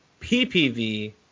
PPV